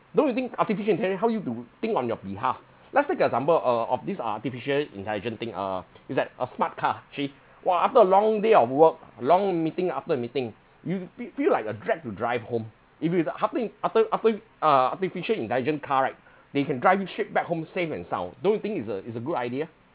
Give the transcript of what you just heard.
don't you think artificial intelligence help you do to think on your behalf let's take an example uh of this artificial intelligent thing uh is that a smart car actually !wah! after a long day of work long meeting after meeting you fe~ feel like you're dragged to drive home if it's harping arti~ arti~ uh artificial intelligence car right they can drive you straight back home safe and sound don't you think it's a it's a good idea